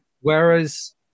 Whereas